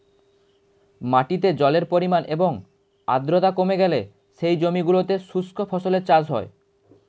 মাটিতে জলের পরিমাণ এবং আর্দ্রতা কমে গেলে সেই জমিগুলোতে শুষ্ক ফসলের চাষ হয়